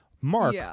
mark